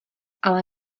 ale